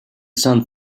sun